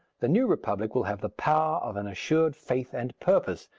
the new republic will have the power of an assured faith and purpose,